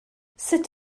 sut